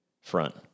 front